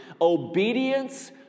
Obedience